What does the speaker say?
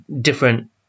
different